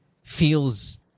feels